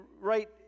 right